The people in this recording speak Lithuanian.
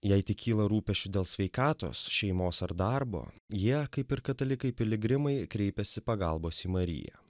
jei tik kyla rūpesčių dėl sveikatos šeimos ar darbo jie kaip ir katalikai piligrimai kreipiasi pagalbos į mariją